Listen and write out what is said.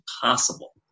possible